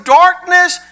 darkness